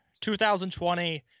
2020